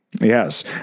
Yes